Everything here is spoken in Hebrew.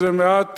וזה מעט,